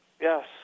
Yes